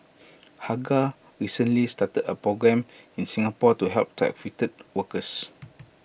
hagar recently started A programme in Singapore to help trafficked workers